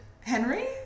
Henry